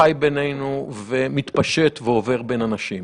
חיי בינינו ומתפשט ועובר בין אנשים.